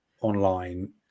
online